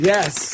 Yes